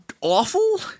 awful